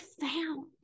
found